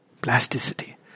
plasticity